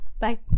Bye